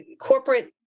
corporate